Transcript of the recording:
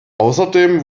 außerdem